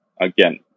Again